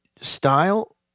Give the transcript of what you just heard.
style